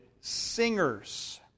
singers